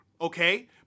okay